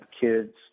kids